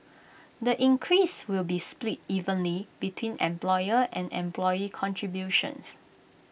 the increase will be split evenly between employer and employee contributions